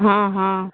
हँ हँ